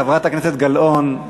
חברת הכנסת גלאון,